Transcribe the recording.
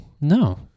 no